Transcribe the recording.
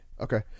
Okay